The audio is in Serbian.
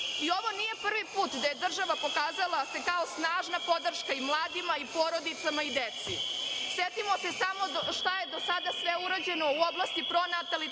nije prvi put da se država pokazala kao snažna podrška i mladima i porodicama i deci. Setimo se samo šta je do sada sve urađeno u oblasti pronatalitetne